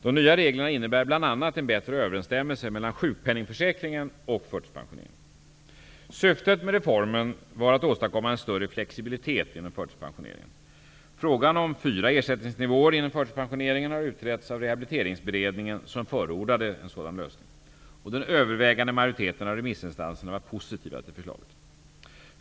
De nya reglerna innebär bl.a. en bättre överensstämmelse mellan sjukpenningförsäkringen och förtidspensioneringen. Syftet med denna reform var att åstadkomma en större flexibilitet inom förtidspensioneringen. Frågan om fyra ersättningsnivåer inom förtidspensioneringen har utretts av Rehabiliteringsberedningen, som förordade en sådan lösning. Den övervägande majoriteten av remissinstanserna var positiva till förslaget.